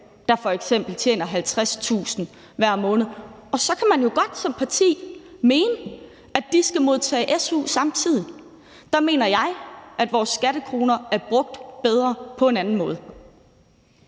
der f.eks. tjener 50.000 kr. hver måned. Så kan man jo som parti godt mene, at de samtidig skal modtage su. Der mener jeg, at vores skattekroner er brugt bedre på en anden måde.